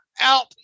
out